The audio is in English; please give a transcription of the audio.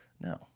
no